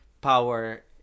power